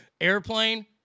Airplane